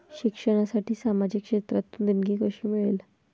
शिक्षणासाठी सामाजिक क्षेत्रातून देणगी कशी मिळेल?